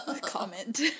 comment